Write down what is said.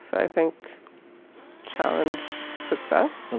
i think challenge success. and